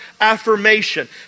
affirmation